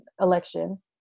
election